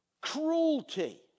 Cruelty